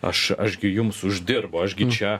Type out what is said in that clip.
aš aš gi jums uždirbu aš gi čia